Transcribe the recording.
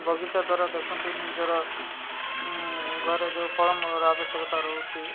ବଗିଚା ଦ୍ୱାରା ଦେଖନ୍ତୁ ନିଜର ଘରେ ଯେଉଁ ଫଳମୂଳର ଆବଶ୍ୟକତା ରହୁଛି